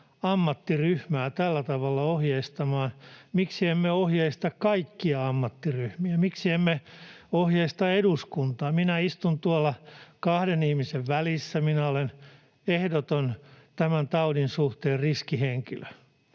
ammattiryhmää tällä tavalla ohjeistamaan, miksi emme ohjeista kaikkia ammattiryhmiä, miksi emme ohjeista eduskuntaa. Minä istun tuolla kahden ihmisen välissä, ja minä olen tämän taudin suhteen ehdoton riskihenkilö.